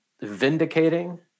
vindicating